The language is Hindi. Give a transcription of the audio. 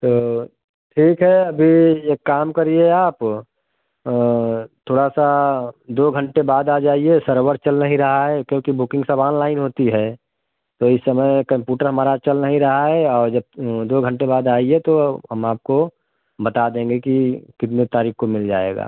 तो ठीक है अभी एक काम करिए आप थोड़ा सा दो घण्टे बाद आ जाइए सर्वर चल नहीं रहा है क्योंकि बुकिन्ग सब ऑनलाइन होती है तो इस समय कम्प्यूटर हमारा चल नहीं रहा है और जब दो घण्टे बाद आइए तो हम आपको बता देंगे कि कितने तारीख़ को मिल जाएगा